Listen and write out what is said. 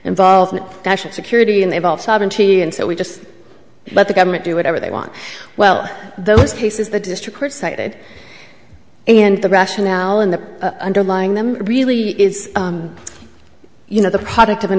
involved in national security and they evolve sovereignty and so we just but the government do whatever they want well those cases the district court cited and the rationale and the underlying them really is you know the product of an